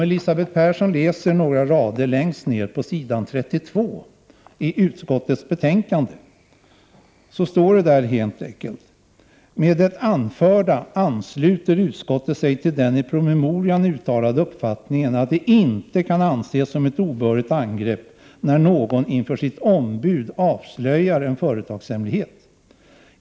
Elisabeth Persson kan läsa några rader längst ned på s. 32 i utskottets betänkande: ”Med det anförda ansluter utskottet sig till den i promemorian uttalade uppfattningen att det inte kan anses som ett obehörigt angrepp när någon inför sitt ombud avslöjar en företagshemlighet.